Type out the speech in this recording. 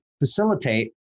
facilitate